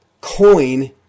coin